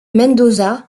mendoza